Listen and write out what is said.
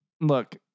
look